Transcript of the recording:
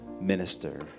minister